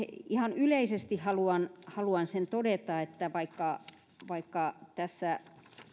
ihan yleisesti haluan haluan sen todeta että vaikka vaikka tässä